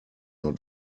not